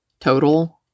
total